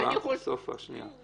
סופה שנייה.